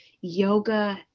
yoga